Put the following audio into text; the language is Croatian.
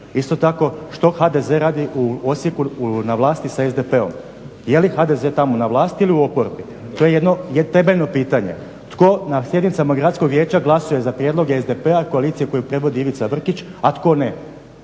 Isto tako što HDZ radi u Osijeku na vlasti sa SDP-om? Je li HDZ tamo na vlasti ili u oporbi? To je jedno temeljeno pitanje. Tko na sjednicama gradskog vijeća glasuje za prijedlog SDP-a koalicije koju predvodi Ivica Vrkić a tko ne?